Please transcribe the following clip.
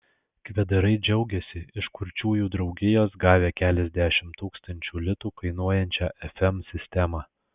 kvedarai džiaugiasi iš kurčiųjų draugijos gavę keliasdešimt tūkstančių litų kainuojančią fm sistemą